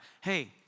hey